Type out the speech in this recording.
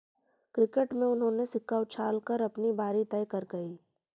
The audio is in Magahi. क्रिकेट में उन्होंने सिक्का उछाल कर अपनी बारी तय करकइ